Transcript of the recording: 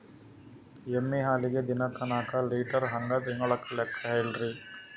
ಎಮ್ಮಿ ಹಾಲಿಗಿ ದಿನಕ್ಕ ನಾಕ ಲೀಟರ್ ಹಂಗ ತಿಂಗಳ ಲೆಕ್ಕ ಹೇಳ್ರಿ?